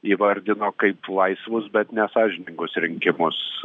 įvardino kaip laisvus bet nesąžiningus rinkimus